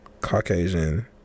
Caucasian